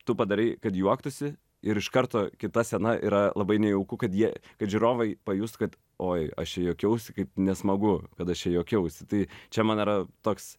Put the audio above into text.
tu padarei kad juoktųsi ir iš karto kita scena yra labai nejauku kad jie kad žiūrovai pajus kad oi aš čia juokiausi kaip nesmagu kad aš čia juokiausi tai čia man yra toks